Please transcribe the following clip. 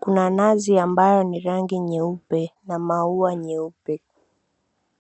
kuna nazi ambayo ni rangi nyeupe na maua nyeupe.